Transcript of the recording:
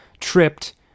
tripped